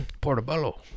Portobello